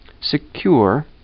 Secure